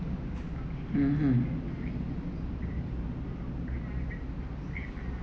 mmhmm